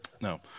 No